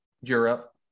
Europe